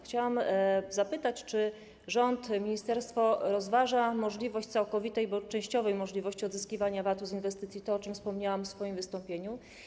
Chciałam zapytać, czy rząd, ministerstwo rozważa możliwość całkowitej bądź częściowej możliwości odzyskiwania VAT-u z inwestycji - to, o czym wspomniałam w swoim wystąpieniu.